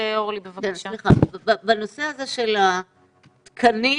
בנושא הזה של התקנים